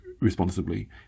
responsibly